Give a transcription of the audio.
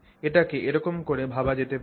এটাকে এরকম করে ভাবা যেতে পারে